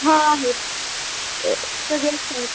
हां आहेत